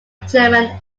german